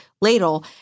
ladle